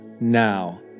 Now